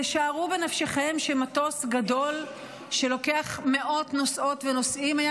שערו בנפשכם שמטוס גדול שלוקח מאות נוסעות ונוסעים היה